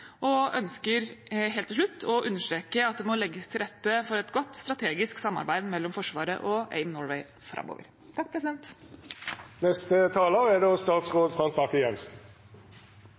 og ønsker helt til slutt å understreke at det må legges til rette for et godt strategisk samarbeid mellom Forsvaret og AIM Norway framover.